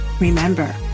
Remember